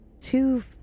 Two